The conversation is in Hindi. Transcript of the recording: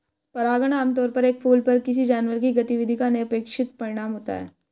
परागण आमतौर पर एक फूल पर किसी जानवर की गतिविधि का अनपेक्षित परिणाम होता है